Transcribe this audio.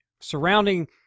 surrounding